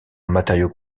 matériaux